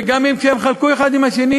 וגם אם כן חלקו אחד על השני,